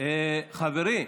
חבריי,